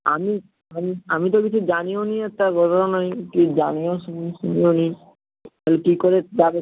আমি আমি আমি তো কিছু জানিও নি আর তার বড়োও ঠিক জানিও নি কী করে যাবে